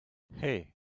hey